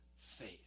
faith